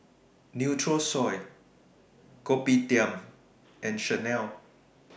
Nutrisoy Kopitiam and Chanel